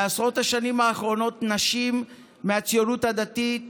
בעשרות השנים האחרונות נשים מהציונות הדתית